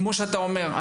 כמו שאתה אומר,